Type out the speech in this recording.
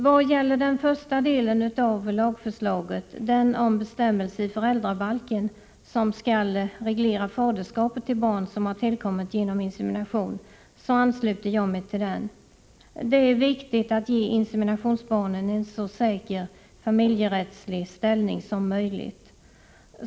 Vad gäller den första delen i lagförslaget, den om bestämmelse i föräldrabalken som skall reglera faderskapet till barn som har tillkommit genom insemination, så ansluter jag mig till den. Det är viktigt att ge inseminationsbarnen en så säker familjerättslig ställning som möjligt.